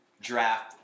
draft